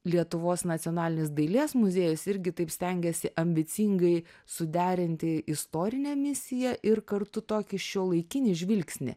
lietuvos nacionalinis dailės muziejus irgi taip stengiasi ambicingai suderinti istorinę misiją ir kartu tokį šiuolaikinį žvilgsnį